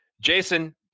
Jason